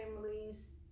families